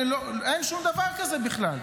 אין שום דבר כזה בכלל.